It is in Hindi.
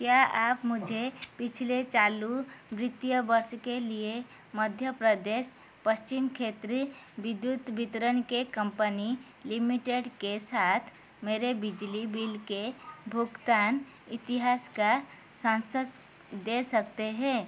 क्या आप मुझे पिछले चालू वित्तीय वर्ष के लिए मध्य प्रदेश पश्चिम क्षेत्र विद्युत वितरण के कम्पनी लिमिटेड के साथ मेरे बिजली बिल के भुगतान इतिहास का सारांश दे सकते है